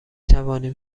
توانیم